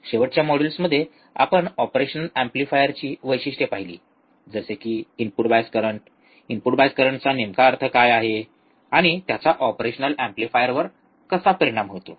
शेवटच्या मॉड्यूल्समध्ये आपण ऑपरेशनल एम्पलीफायरची वैशिष्ट्ये पाहिले जसे की input bias current input bias करंटचा नेमका अर्थ काय आहे आणि त्याचा ऑपरेशनल एम्प्लीफायरवर कसा परिणाम होतो